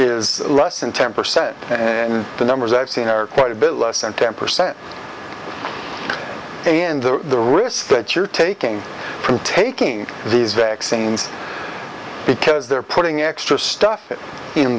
is less than ten percent the numbers i've seen are quite a bit less than ten percent and the the risk that you're taking from taking these vaccines because they're putting extra stuff in